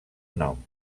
nom